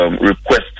request